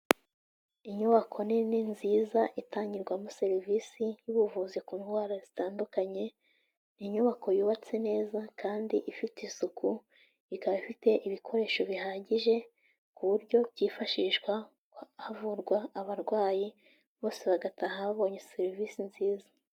Inyubako nini nziza itangirwamo serivisi y'ubuvuzi ku ndwara zitandukanye, inyubako yubatse neza kandi ifite isuku, ikaba ifite ibikoresho bihagije, ku buryo byifashishwa havurwa abarwayi, bose bagataha babonye serivisi nziza.